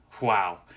wow